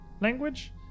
language